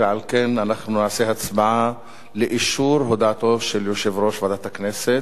ועל כן אנחנו נעשה הצבעה לאישור הודעתו של יושב-ראש ועדת הכנסת.